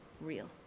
real